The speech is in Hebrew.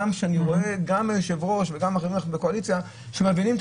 גם היושב-ראש וגם בקואליציה מבינים את